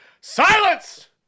Silence